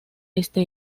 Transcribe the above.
este